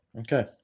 Okay